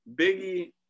Biggie